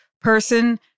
person